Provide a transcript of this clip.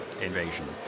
invasion